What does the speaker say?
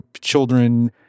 children